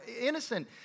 innocent